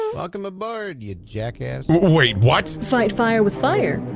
welcome aboard, ya jackass. wait, what? fight fire with fire,